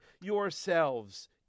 yourselves